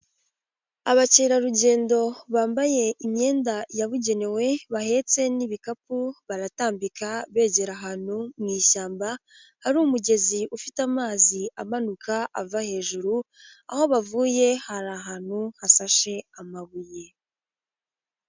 Abakerarugendo bambaye imyenda yabugenewe bahetse n'ibikapu baratambika begera ahantu mu ishyamba hari umugezi ufite amazi amanuka ava hejuru aho bavuye hari ahantu hasashe amabuye.